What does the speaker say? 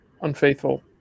unfaithful